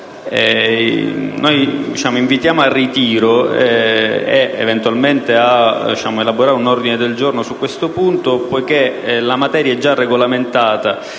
caso invitiamo al ritiro ed eventualmente ad elaborare un ordine del giorno su questo punto, poiché la materia è già regolamentata